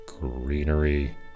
greenery